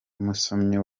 umusomyi